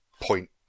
point